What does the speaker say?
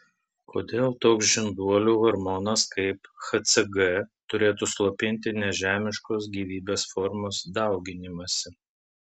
kodėl toks žinduolių hormonas kaip hcg turėtų slopinti nežemiškos gyvybės formos dauginimąsi